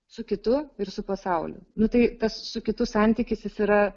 su kitu ir su pasauliu nu tai tas su kitu santykis jis yra